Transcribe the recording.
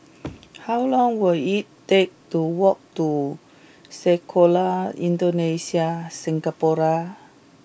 how long will it take to walk to Sekolah Indonesia Singapura